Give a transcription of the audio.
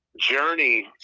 journey